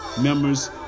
members